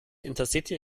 intercity